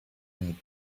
need